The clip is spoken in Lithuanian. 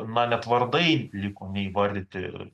na net vardai liko neįvardyti